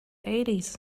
eighties